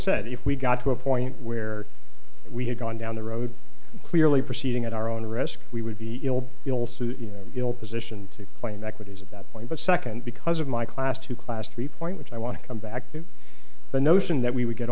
said if we got to a point where we had gone down the road clearly proceeding at our own risk we would be ill will suit you know position to claim that what is at that point but second because of my class to class three point which i want to come back to the notion that we would get